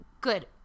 good